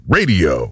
Radio